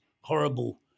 horrible